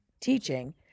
teaching